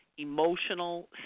emotional